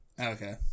okay